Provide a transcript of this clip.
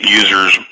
users